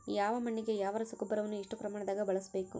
ಯಾವ ಮಣ್ಣಿಗೆ ಯಾವ ರಸಗೊಬ್ಬರವನ್ನು ಎಷ್ಟು ಪ್ರಮಾಣದಾಗ ಬಳಸ್ಬೇಕು?